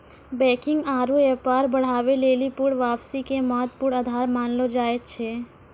banking आरु व्यापार बढ़ाबै लेली पूर्ण वापसी के महत्वपूर्ण आधार मानलो जाय छै